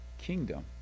Kingdom